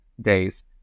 days